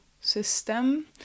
system